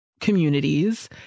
communities